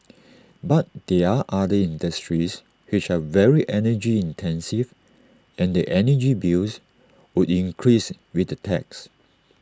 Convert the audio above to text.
but there are other industries which are very energy intensive and their energy bills would increase with the tax